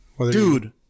Dude